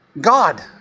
God